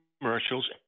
commercials